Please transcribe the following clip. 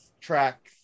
track